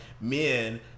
men